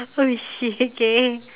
holy shit okay